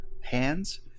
hands